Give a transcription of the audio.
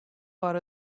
foar